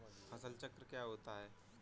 फसल चक्र क्या होता है?